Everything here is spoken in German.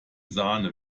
sahne